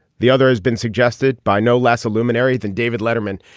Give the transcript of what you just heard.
the other has been suggested by no less a luminary than david letterman.